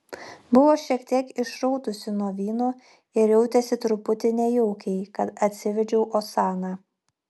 buvo šiek tiek išraudusi nuo vyno ir jautėsi truputį nejaukiai kad atsivedžiau osaną